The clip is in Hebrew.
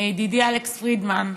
ידידי אלכס פרידמן,